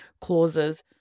clauses